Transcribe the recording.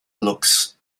looks